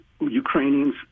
Ukrainians